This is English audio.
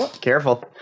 Careful